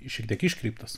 šiek tiek iškreiptas